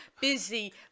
busy